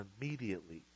immediately